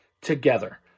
together